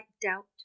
doubt